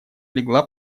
легла